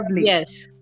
yes